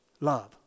Love